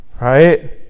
Right